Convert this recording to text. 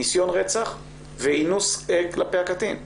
ניסיון רצח ואינוס כלפי הקטין.